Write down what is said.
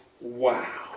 Wow